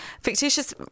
fictitious